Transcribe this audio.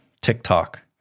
TikTok